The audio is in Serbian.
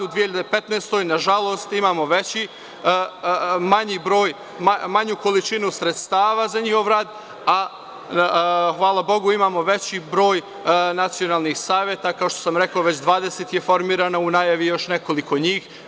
U 2015. godini, na žalost, imamo veći, manju količinu sredstava za njihov rad, a hvala bogu, imamo veći broj nacionalnih saveta, kao što sam rekao, već 20 je formirano, a u najavi je još nekoliko njih.